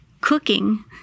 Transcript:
Cooking